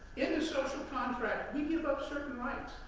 in a social contract, we give up certain rights.